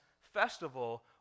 Festival